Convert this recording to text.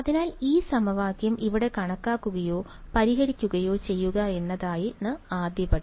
അതിനാൽ ഈ സമവാക്യം ഇവിടെ കണക്കാക്കുകയോ പരിഹരിക്കുകയോ ചെയ്യുക എന്നതാണ് ആദ്യപടി